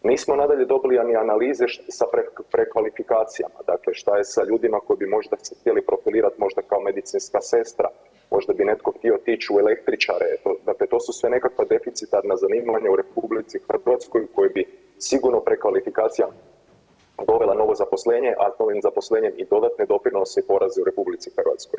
Nismo nadalje dobili ni analize sa prekvalifikacijama, dakle šta je sa ljudima koji bi možda se htjeli profilirati možda kao medicinska sestra, možda bi netko htio otići u električare, dakle to su sve nekakva deficitarna zanimanja u RH kojim bi sigurno prekvalifikacija dovela novo zaposlenje, a s novim zaposlenijem i dodatne doprinose i poreze u RH.